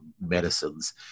medicines